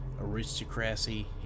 aristocracy